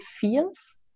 feels